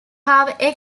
have